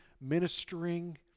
ministering